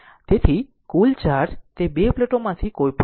તેથી કુલ ચાર્જ તે બે પ્લેટોમાંથી કોઈપણ છે